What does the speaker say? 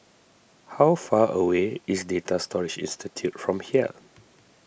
how far away is Data Storage Institute from here